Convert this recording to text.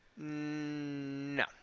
No